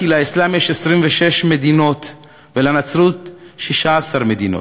כי לאסלאם יש 26 מדינות ולנצרות שישה-עשר מדינות,